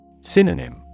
Synonym